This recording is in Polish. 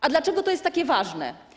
A dlaczego to jest takie ważne?